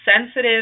Sensitive